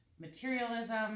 materialism